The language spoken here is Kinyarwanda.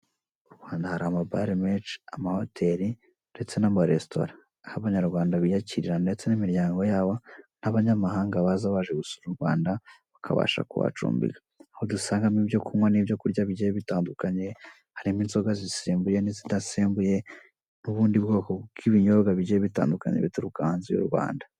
Mu Rwanda hari amabare menshi, amahoteri ndetse n'amaresitora, aho Abanyarwanda biyakirira ndetse n'imiryango yabo, ndetse n'abanyamahanga baza baje gusura u Rwanda bakabasha kuhacumbika. Aho dusangamo ibyo kunywa n'ibyo kurya bigiye bitandukanye, harimo inzoga zisembuye n'izidasembuye, n'ubundi bwoko bw'ibinyobwa bigiye bitandukanye bituruka hanze y'u Rwanda.